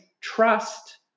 trust